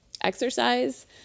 exercise